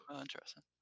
Interesting